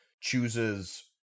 chooses